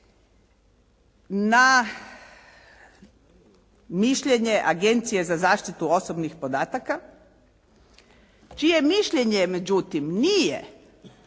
na mišljenje Agencije za zaštitu osobnih podataka, čije mišljenje međutim nije